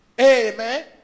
Amen